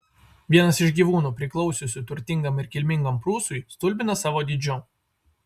vienas iš gyvūnų priklausiusių turtingam ir kilmingam prūsui stulbina savo dydžiu